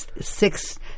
six